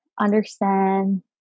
understand